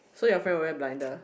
so your friend always blinder